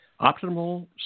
Optimal